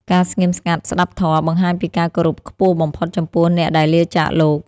ការស្ងៀមស្ងាត់ស្ដាប់ធម៌ បង្ហាញពីការគោរពខ្ពស់បំផុតចំពោះអ្នកដែលលាចាកលោក។